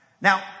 Now